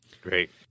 Great